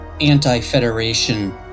anti-Federation